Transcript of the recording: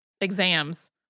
exams